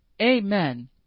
amen